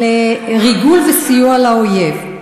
על ריגול וסיוע לאויב.